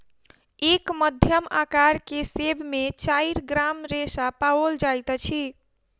एक मध्यम अकार के सेब में चाइर ग्राम रेशा पाओल जाइत अछि